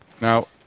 Now